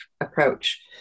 approach